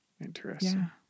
interesting